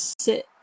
sit